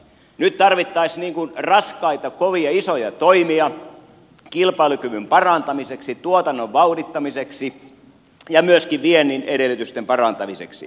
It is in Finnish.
nyt tarvittaisiin raskaita kovia isoja toimia kilpailukyvyn parantamiseksi tuotannon vauhdittamiseksi ja myöskin viennin edellytysten parantamiseksi